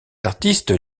artistes